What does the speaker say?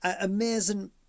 amazing